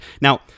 Now